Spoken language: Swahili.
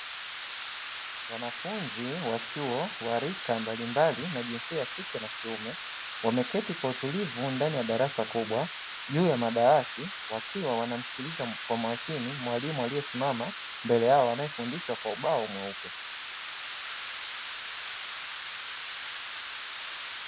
Wanafunzi wa chuo wa rika mbalimbali na jinsia ya kike na kiume wameketi kwa utulivu ndani ya darasa kubwa juu ya madawati, wakiwa wanamsikiliza kwa makini mwalimu aliyesimama mbele yao anayefundisha kwa ubao mweupe.